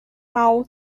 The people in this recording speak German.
mao